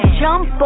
jump